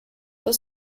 for